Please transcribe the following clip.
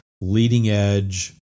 leading-edge